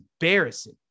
embarrassing